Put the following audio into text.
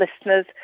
listeners